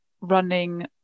running